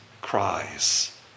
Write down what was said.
cries